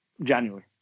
January